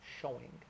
showing